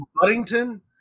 Buddington